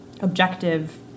objective